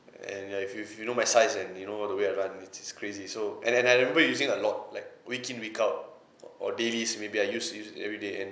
and ya if if you know my size and you know all the way I run which is crazy so and and I remember using a lot like week in week out or daily maybe I use use it everyday and